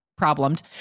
problemed